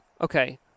okay